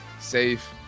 safe